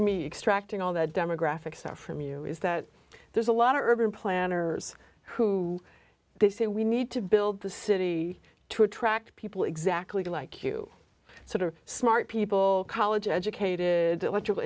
me extract and all that demographic stuff from you is that there's a lot of urban planners who they say we need to build the city to attract people exactly like you sort of smart people college educated electrical